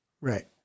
Right